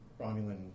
Romulan